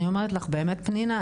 אני אומרת לך באמת פנינה,